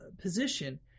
position